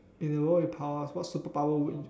in a world with power what superpower would